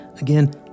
Again